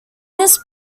this